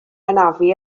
anafu